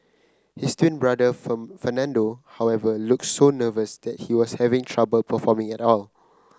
his twin brother Fernando however looked so nervous that he was having trouble performing at all